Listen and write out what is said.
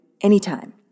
anytime